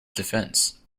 defence